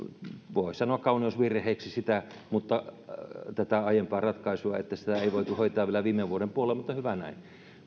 voi sanoa kauneusvirheeksi tätä aiempaa ratkaisua että sitä ei voitu hoitaa vielä viime vuoden puolella mutta hyvä näin